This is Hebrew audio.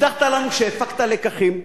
הבטחת לנו שהפקת לקחים,